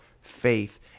faith